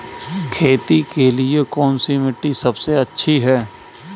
खेती के लिए कौन सी मिट्टी सबसे अच्छी है?